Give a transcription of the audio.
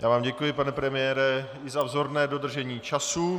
Já vám děkuji, pane premiére, i za vzorné dodržení času.